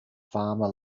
farmer